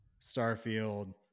Starfield